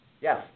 Yes